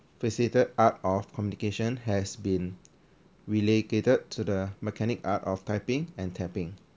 facilitated art of communication has been relegated to the mechanic art of typing and tapping